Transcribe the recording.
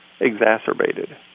exacerbated